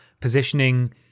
positioning